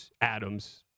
Adams